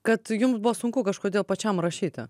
kad jum buvo sunku kažkodėl pačiam rašyti